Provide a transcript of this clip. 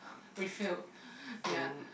with you ya